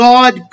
God